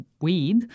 weed